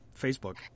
Facebook